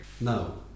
no